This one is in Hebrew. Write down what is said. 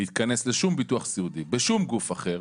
להיכנס לביטוח סיעודי בשום גוף אחר,